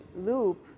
loop